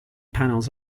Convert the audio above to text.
panels